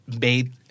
made